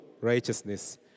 righteousness